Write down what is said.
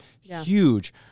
huge